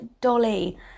Dolly